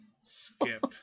Skip